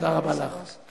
תודה רבה לך.